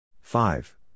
Five